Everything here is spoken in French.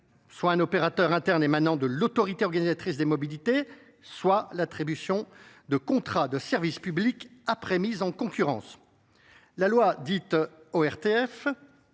soit un opérateur interne émanant de l’autorité organisatrice des mobilités, soit l’attribution de contrats de service public après mise en concurrence. La loi relative